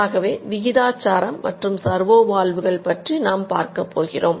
ஆகவே விகிதாச்சாரம் மற்றும் சர்வோ வால்வுகள் பற்றி நாம் பார்க்கப் போகிறோம்